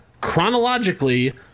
chronologically